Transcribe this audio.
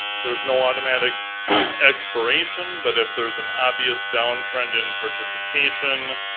there's no automatic expiration, but if there's an obvious downtrend in participation,